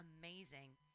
amazing